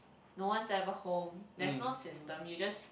no one's ever home there's no system you just